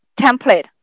template